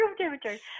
temperature